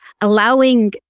Allowing